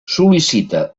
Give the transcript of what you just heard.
sol·licita